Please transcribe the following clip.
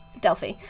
Delphi